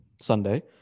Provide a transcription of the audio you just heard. Sunday